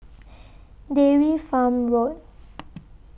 Dairy Farm Road